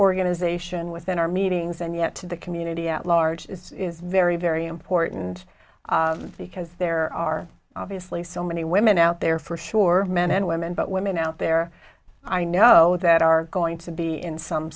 organization within our meetings and yet to the community at large it's very very important because there are obviously so many women out there for sure men and women but women out there i know that are going to be in some